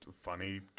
funny